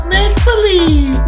Make-Believe